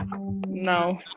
No